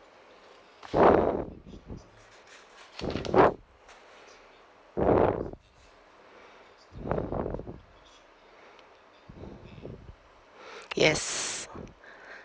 yes